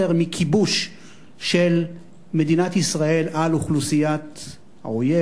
מכיבוש של מדינת ישראל על אוכלוסיית האויב,